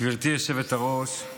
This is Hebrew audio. גברתי היושבת-ראש,